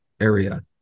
area